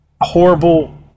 horrible